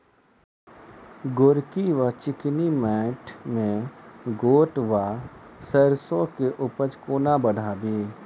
गोरकी वा चिकनी मैंट मे गोट वा सैरसो केँ उपज कोना बढ़ाबी?